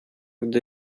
gdy